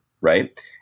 right